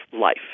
life